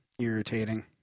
irritating